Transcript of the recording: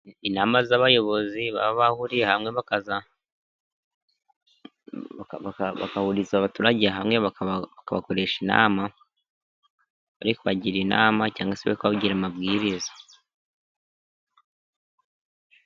Inama z'abayobozi baba bahuriye hamwe, bagahuriza abaturage hamwe bakabakoresha inama, bari kubagira inama cyangwa se bari kubabwira amabwiriza.